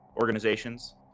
organizations